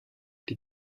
die